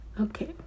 Okay